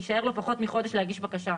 יישאר לו פחות מחודש להגיש בקשה.